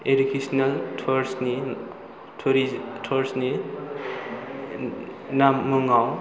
educational टुर्सनि मुङाव